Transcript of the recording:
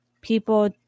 people